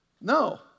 No